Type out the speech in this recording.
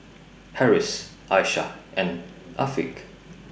Harris Aisyah and Afiq